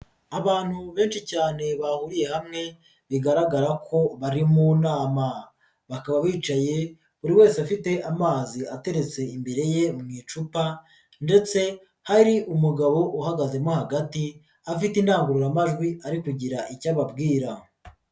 Abantu benshi cyane bahuriye hamwe bigaragara ko bari mu nama, bakaba bicaye buri wese afite amazi ateretse imbere ye mu icupa ndetse hari umugabo uhagaze mo hagati afite indangururamajwi ari kugira icyo ababwira.